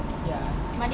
ya